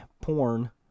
porn